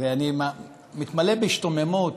אני מתמלא בהשתוממות